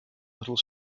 little